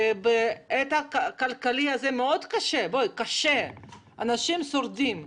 שבעת הזאת מאוד קשה להם כלכלית ואנשים שורדים בקושי.